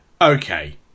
okay